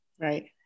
right